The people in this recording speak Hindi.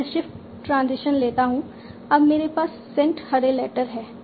मैं शिफ्ट ट्रांजिशन लेता हूं अब मेरे पास सेंट हर ए लेटर है